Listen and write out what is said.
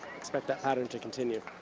expect that pattern to continue.